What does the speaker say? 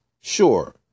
sure